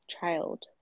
child